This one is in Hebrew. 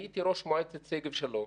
הייתי ראש מועצת שגב שלום,